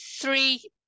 Three